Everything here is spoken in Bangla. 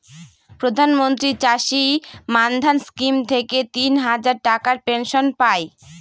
প্রধান মন্ত্রী চাষী মান্ধান স্কিম থেকে তিন হাজার টাকার পেনশন পাই